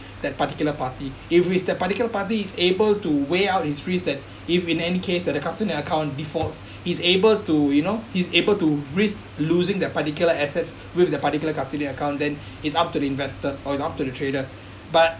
that particular party if it's that particular party is able to weigh out his risk that if in any case that the custodian account defaults he's able to you know he's able to risk losing that particular assets with the particular custodian account then it's up to the investor or it's up to the trader but